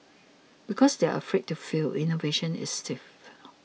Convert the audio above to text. because they are afraid to fail innovation is stifled